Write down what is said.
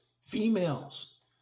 females